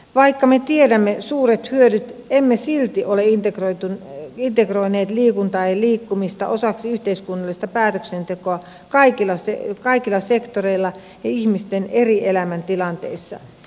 vaikka me tiedämme suuret hyödyt emme silti ole integroineet liikuntaa ja liikkumista osaksi yhteiskunnallista päätöksentekoa kaikilla sektoreilla ja ihmisten eri elämäntilanteissa